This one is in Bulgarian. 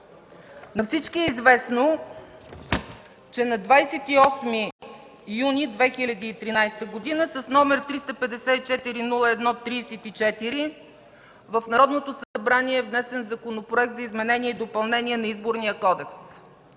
На всички е известно, че на 28 юни 2013 г. с № 354-01-34 в Народното събрание е внесен Законопроект за изменение и допълнение на Изборния кодекс.